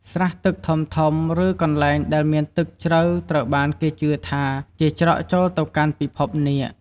ស្រះទឹកធំៗ ឬ កន្លែងដែលមានទឹកជ្រៅត្រូវបានគេជឿថាជាច្រកចូលទៅកាន់ពិភពនាគ។